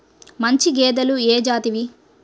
మంచి గేదెలు ఏ జాతివి?